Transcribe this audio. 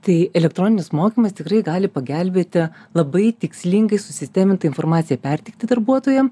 tai elektroninis mokymas tikrai gali pagelbėti labai tikslingai susistemintą informaciją perteikti darbuotojam